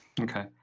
Okay